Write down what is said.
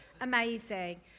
amazing